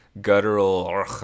guttural